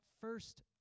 first